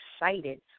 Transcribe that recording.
excited